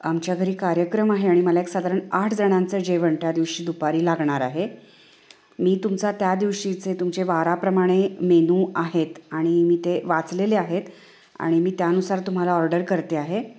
आमच्या घरी कार्यक्रम आहे आणि मला एक साधारण आठ जणांचं जेवण त्या दिवशी दुपारी लागणार आहे मी तुमचा त्या दिवशीचे तुमचे वाराप्रमाणे मेनू आहेत आणि मी ते वाचलेले आहेत आणि मी त्यानुसार तुम्हाला ऑर्डर करते आहे